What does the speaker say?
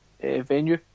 venue